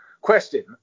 Question